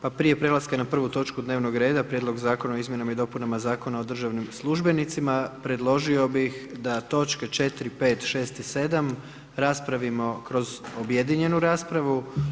Pa prije prelaska na 1. točku dnevnog reda Prijedlog zakona o izmjenama i dopunama Zakona o državnim službenicima predložio bih da točke 4., 5., 6. i 7. raspravimo kroz objedinjenu raspravu.